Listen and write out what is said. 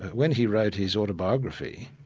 when he wrote his autobiography,